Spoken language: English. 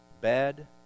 bed